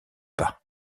pas